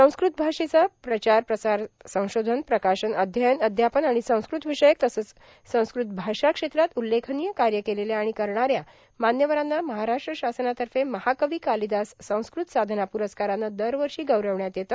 संस्कृत भाषेचा प्रचार प्रसार संशोधन प्रकाशन अध्ययन अध्यापन आाण संस्कृत र्यावषयक तसेच संस्कृत भाषा क्षेत्रात उल्लेखनीय काय केलेल्या व करणाऱ्या मान्यवरांना महाराष्ट्र सरकारतफ महाकवी कार्यालदास संस्कृत साधना पुरस्काराने दरवर्षा गौर्रावण्यात येते